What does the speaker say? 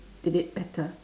did it better